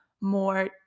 more